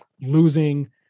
losing